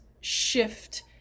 shift